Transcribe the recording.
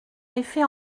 effet